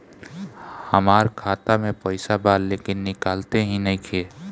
हमार खाता मे पईसा बा लेकिन निकालते ही नईखे?